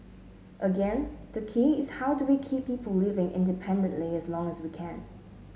again the key is how do we keep people living independently as long as we can